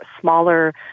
smaller